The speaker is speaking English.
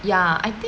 ya I think